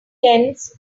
tends